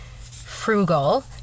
frugal